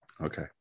Okay